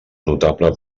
notable